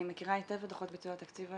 אני מכירה היטב את דוחות ביצוע התקציב,